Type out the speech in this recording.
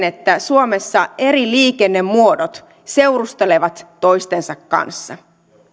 että suomessa eri liikennemuodot seurustelevat toistensa kanssa